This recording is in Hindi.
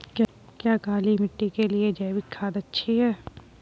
क्या काली मिट्टी के लिए जैविक खाद अच्छी है?